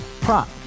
prop